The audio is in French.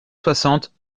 soixante